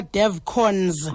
DevCons